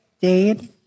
Dade